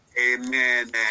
Amen